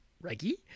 Reggie